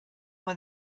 when